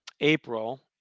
April